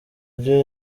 byo